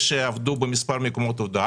אלה שעבדו במספר מקומות עבודה.